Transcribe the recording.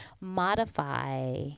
modify